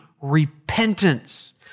repentance